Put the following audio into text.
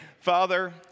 Father